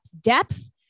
depth